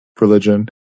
religion